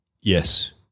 Yes